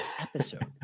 episode